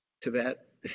Tibet